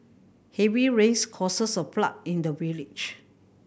heavy rains causes a flood in the village